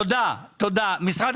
משרד